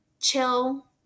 chill